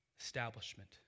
establishment